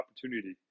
opportunity